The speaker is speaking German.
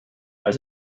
als